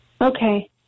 Okay